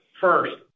First